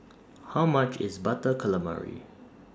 How much IS Butter Calamari